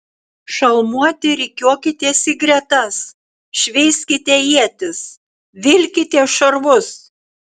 šalmuoti rikiuokitės į gretas šveiskite ietis vilkitės šarvus